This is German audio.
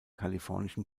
kalifornischen